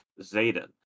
Zayden